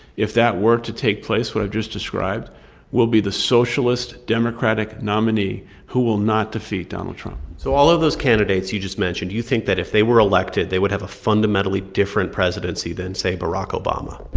if that were to take place what i've just described will be the socialist democratic nominee who will not defeat donald trump so all of those candidates you just mentioned, you think that if they were elected, they would have a fundamentally different presidency than, say, barack obama?